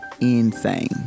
Insane